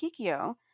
Kikyo